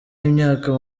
y’imyaka